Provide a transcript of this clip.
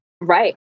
right